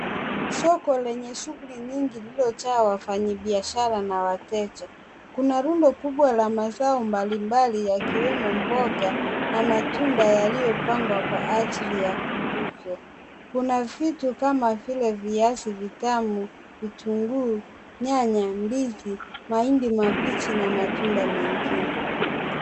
Soko lenye shughuli nyingi lililojaa wafanyibiashara na wateja. Kuna rundo kubwa la mazao mbalimbali yakiwemo mboga na matunda yaliyopangwa kwa ajili ya kuuzwa. Kuna vitu kama vile viazi vitamu, vitunguu, nyanya, ndizi, mahindi mabichi na matunda mengine.